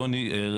יוני,